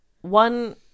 One